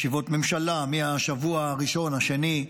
ישיבות ממשלה מהשבוע הראשון, השני.